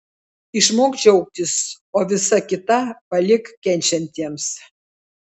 išmok džiaugtis o visa kita palik kenčiantiems